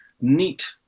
neat